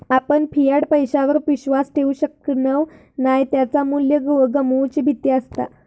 आपण फियाट पैशावर विश्वास ठेवु शकणव नाय त्याचा मू्ल्य गमवुची भीती असता